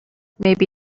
maybe